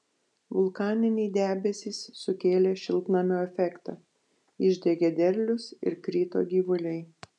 vulkaniniai debesys sukėlė šiltnamio efektą išdegė derlius ir krito gyvuliai